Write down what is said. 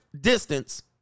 distance